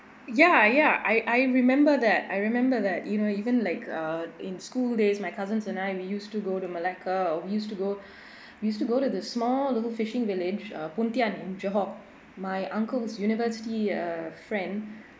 ya ya I I remember that I remember that you know even like uh in school days my cousins and I we used to go to malacca we used to go we used to go to the small little fishing village uh pontian in johor my uncle's university uh friend